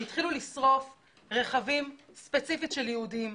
והתחילו לשרוף רכבים ספציפית של יהודים,